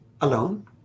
alone